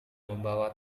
membawa